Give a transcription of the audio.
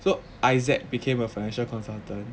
so isaac became a financial consultant